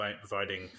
providing